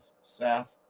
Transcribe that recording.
South